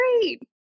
great